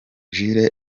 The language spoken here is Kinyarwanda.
jules